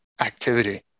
activity